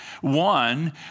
One